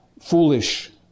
foolish